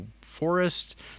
forest